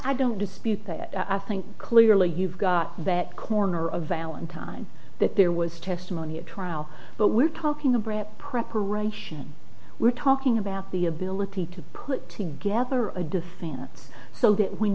i don't dispute that i think clearly you've got that corner of valentine that there was testimony at trial but we're talking a brand preparation we're talking about the ability to put together a good chance so that when